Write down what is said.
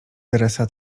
teresa